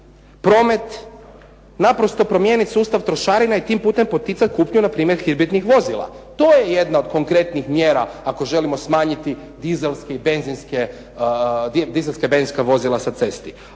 Promet, naprosto promijeniti sustav trošarina i tim putem poticati kupnju na primjer …/Govornik se ne razumije./… vozila. To je jedna od konkretnih mjera ako želimo smanjiti diselska i benzinska vozila sa cesta.